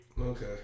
Okay